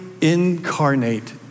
incarnate